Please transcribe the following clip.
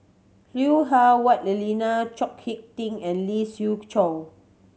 Lui Hah Wah Elena Chao Hick Tin and Lee Siew Choh